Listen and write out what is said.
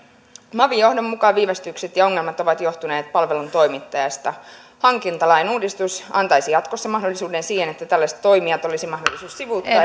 mavin johdon mukaan viivästykset ja ongelmat ovat johtuneet palvelun toimittajasta hankintalain uudistus antaisi jatkossa mahdollisuuden siihen että tällaiset toimijat olisi mahdollisuus sivuuttaa ja